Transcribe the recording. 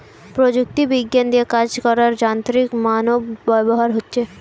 প্রযুক্তি বিজ্ঞান দিয়ে কাজ করার যান্ত্রিক মানব ব্যবহার হচ্ছে